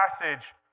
passage